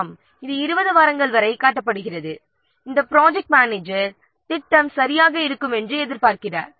ஆம் இது 20 வாரங்கள் வரை காட்டப்பட்டுள்ளது இந்த ப்ராஜெக்ட் மேனேஜர் ப்ராஜெக்ட் சரியாக இருக்கும் என்று எதிர்பார்க்கிறார்